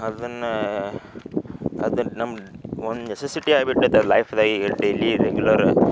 ಅದನ್ನು ಅದನ್ನ ನಮ್ಮ ಒಂದು ನೆಸೆಸಿಟಿ ಆಗ್ಬಿಟ್ಟೈತೆ ಲೈಫ್ದಾಗೆ ಈಗ ಡೈಲಿ ರೆಗ್ಯುಲರ